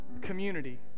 community